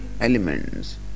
elements